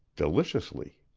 deliciously.